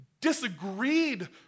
disagreed